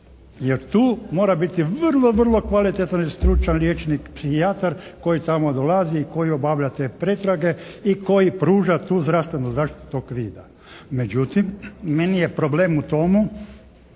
jer tu mora biti vrlo, vrlo kvalitetan i stručan liječnik, psihijatar koji tamo dolazi i koji obavlja te pretrage i koji pruža tu zdravstvenu zaštitu tog vida. Međutim, meni je problem u tomu